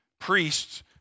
priests